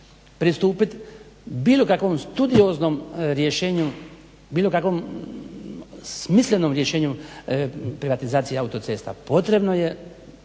pristupit bilo kakvom studioznom rješenju, smislenom rješenju privatizacije autocesta. Potrebno je